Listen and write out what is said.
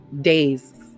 days